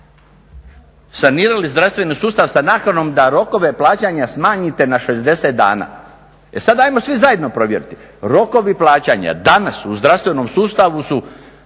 sanirali zdravstveni sustav sa nakanom da rokove plaćanja smanjite na 60 dana. E sada ajmo svi zajedno provjeriti, rokovi plaćanja danas u zdravstvenom sustavu su